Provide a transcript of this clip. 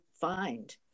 find